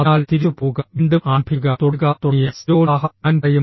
അതിനാൽ തിരിച്ചുപോവുക വീണ്ടും ആരംഭിക്കുക തുടരുക തുടങ്ങിയ സ്ഥിരോത്സാഹം ഞാൻ പറയും